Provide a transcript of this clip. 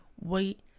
wait